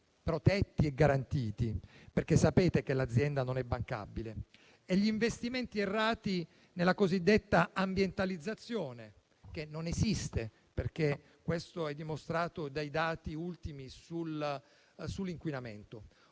protetti e garantiti, perché sapete che l'azienda non è bancabile e gli investimenti errati nella cosiddetta ambientalizzazione, che non esiste, perché questo è dimostrato dai dati ultimi sull'inquinamento.